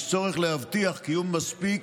יש צורך להבטיח קיום מספיק